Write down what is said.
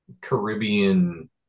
Caribbean